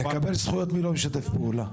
בלקבל זכויות מי לא ישתף פעולה?